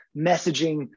messaging